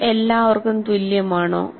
ഇത് എല്ലാവർക്കും തുല്യമാണോ